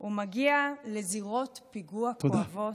הוא מגיע לזירות פיגוע כואבות,